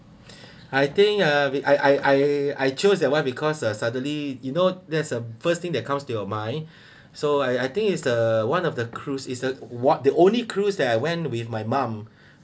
I think uh I I I I chose that one because suddenly you know there's a first thing that comes to your mind so I I think is the one of the cruise is uh what the only cruise that I went with my mum